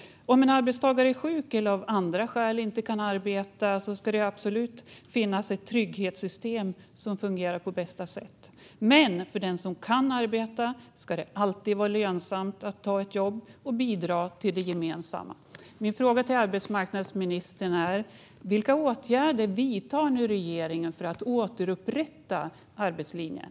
Om en arbetstagare är sjuk eller av andra skäl inte kan arbeta ska det absolut finnas ett trygghetssystem som fungerar på bästa sätt, men för den som kan arbeta ska det alltid vara lönsamt att ta ett jobb och bidra till det gemensamma. Min fråga till arbetsmarknadsministern är: Vilka åtgärder vidtar regeringen för att återupprätta arbetslinjen?